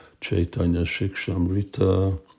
Chaitanya-Shikshamrita